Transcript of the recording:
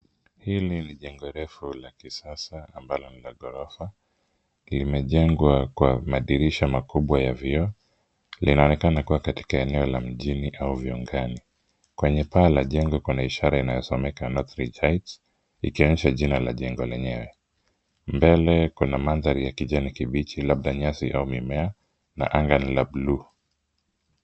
Hili ni jengo refu la kisasa ambalo ni la gorofa, imejengwa kwa madirisha makubwa ya vioo. Linaonekana kuwa katika eneo la mjini au Viungani. Kwenye paa la jengo kuna ishara inayosomeka NorthRidge Heights, ikionyensha jina la jengo lenyewe. Mbele kuna mandhari ya kijani kibichi labda nyasi au mimea na anga ni la bluu.